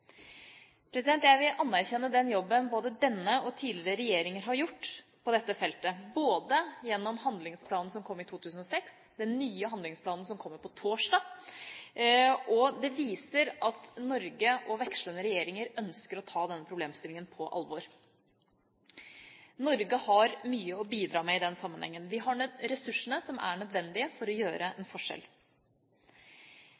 Jeg vil anerkjenne jobben både denne regjeringa og tidligere regjeringer har gjort på dette feltet – både gjennom handlingsplanen som kom i 2006, og gjennom den nye handlingsplanen som kommer på torsdag. Det viser at Norge og vekslende regjeringer ønsker å ta denne problemstillingen på alvor. Norge har mye å bidra med i den sammenhengen. Vi har ressursene som er nødvendige for å gjøre en